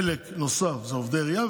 חלק נוסף הם עובדי עירייה,